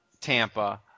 Tampa –